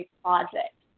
project